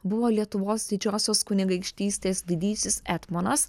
buvo lietuvos didžiosios kunigaikštystės didysis etmonas